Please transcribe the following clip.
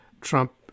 Trump